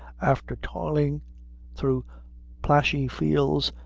after toiling thro' plashy fields,